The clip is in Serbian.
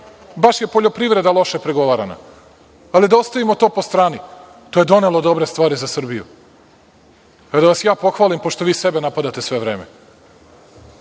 Baš je poljoprivreda loše pregovarana, ali da ostavimo to po strani, to je donelo dobre stvari za Srbiju. Evo da vas ja pohvalim, pošto vi sebe napadate svo vreme.